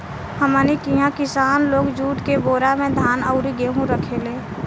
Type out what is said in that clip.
हमनी किहा किसान लोग जुट के बोरा में धान अउरी गेहू रखेले